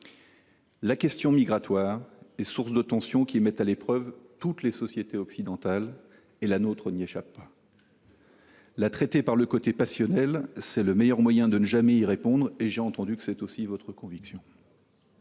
La question migratoire est source de tensions qui mettent à l’épreuve toutes les sociétés occidentales, et notre société n’y échappe pas. La traiter par le côté passionnel, c’est le meilleur moyen de ne jamais y répondre ; j’ai entendu que telle était aussi votre conviction.